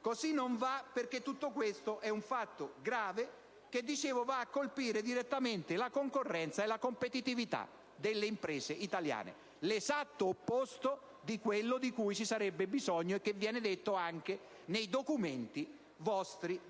Così non va, perché tutto questo è un fatto grave che - come dicevo - va a colpire direttamente la concorrenza e la competitività delle imprese italiane. L'esatto opposto di quello di cui ci sarebbe bisogno e che viene detto anche nei documenti